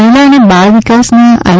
મહિલા અને બાળ વિકાસના આઇ